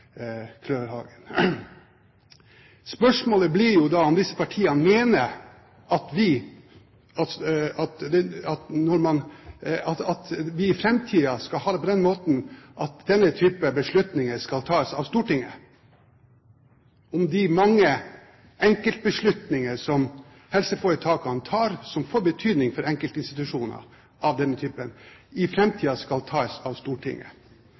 Spørsmålet blir jo da om disse partiene mener at vi i framtiden skal ha det på den måten at denne type beslutninger skal tas av Stortinget – om de mange enkeltbeslutninger som helseforetakene tar, som får betydning for enkeltinstitusjoner av denne typen, i framtiden skal tas av Stortinget.